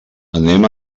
anem